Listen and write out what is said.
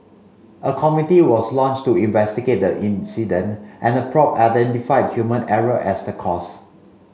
a committee was launched to investigate the incident and the probe identified human error as the cause